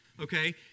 okay